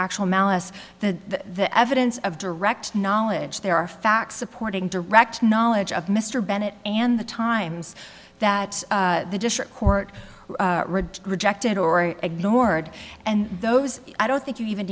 actual malice the evidence of direct knowledge there are facts supporting direct knowledge of mr bennett and the times that the district court rejected or ignored and those i don't think you even